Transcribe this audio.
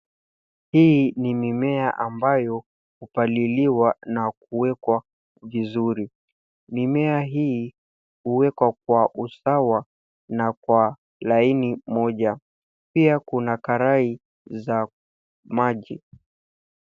Hii ni mimea ambayo hupaliliwa na kuekwa vizuri. Mimea hii huwekwa kwa usawa na kwa laini moja. Pia kuna karai za maji.